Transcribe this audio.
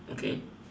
okay